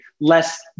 less